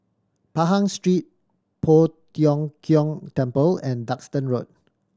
Pahang Street Poh Tiong Kiong Temple and Duxton Road